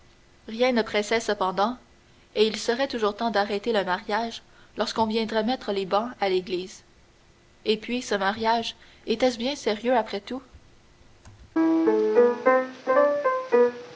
rien ne pressait cependant et il serait toujours temps d'arrêter le mariage lorsqu'on viendrait mettre les bans à l'église et puis ce mariage était-ce bien sérieux après tout